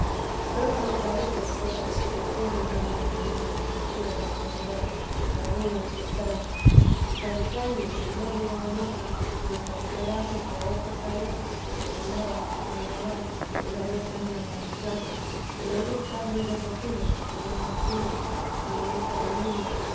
luego nos parece es poca edificación no andar con mucha compostura y autoridad cada uno en su estado hasta el fraile clérigo o monja nos parecerá que traer cosa vieja y remendada es novedad y dar escándalo a los flacos y aun estar muy recocidos y tener oración según está el mundo